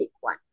one